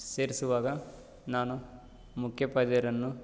ಸೇರಿಸುವಾಗ ನಾನು ಮುಖ್ಯೋಪಾಧ್ಯಾಯರನ್ನು